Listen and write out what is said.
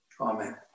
Amen